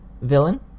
Villain